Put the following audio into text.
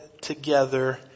together